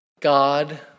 God